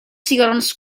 cigrons